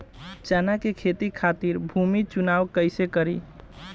चना के खेती खातिर भूमी चुनाव कईसे करी?